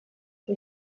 que